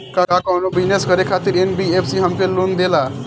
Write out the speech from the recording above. का कौनो बिजनस करे खातिर एन.बी.एफ.सी हमके लोन देला?